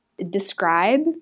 describe